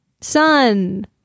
Sun